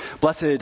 blessed